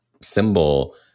symbol